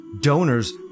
donors